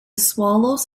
swallows